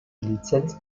lizenz